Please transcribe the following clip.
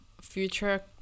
future